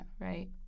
right